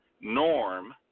Norm